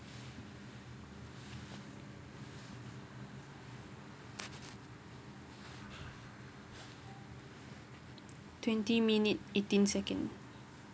twenty minute eighteen second